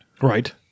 Right